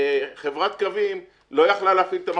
חברת קווים, לא יכלה להפעיל את המכשירים,